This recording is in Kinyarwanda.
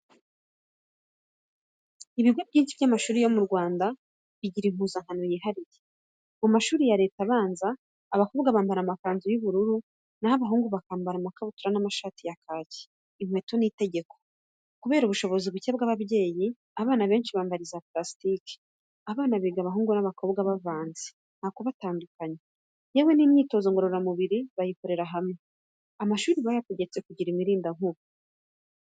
Ibigo byinshi by'amashuri yo mu Rwanda, bigira impuzankano yihariye. Mu mashuri ya Leta, abanza, abakobwa bambara amakanzu y'ubururu n'aho abahungu bakambara amakabutura n'amashati ya kaki. Inkweto ni itegeko. Kubera ubushobozi bucye bw'ababyeyi, abana benshi bambara iza plasitike. Abana biga abakobwa n'abahungu bavanze nta kubatandukanya, yewe n'imyitozo ngororamubiri bayikorera hamwe. Amashuri bayategetse kugira imirinda nkuba.